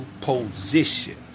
position